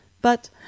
But